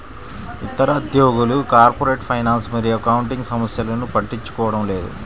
ఇతర ఉద్యోగులు corporate finance మరియు అకౌంటింగ్ సమస్యలను పట్టించుకోవడం లేదు